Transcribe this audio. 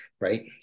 right